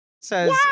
Says